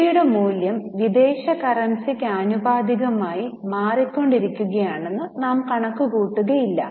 രൂപയുടെ മൂല്യം വിദേശ കറൻസിക്ക് ആനുപാതികമായി നിന്ന് മാറിക്കൊണ്ടിരിക്കുകയാണെന്ന് നാം കണക്കുകൂട്ടുകയില്ല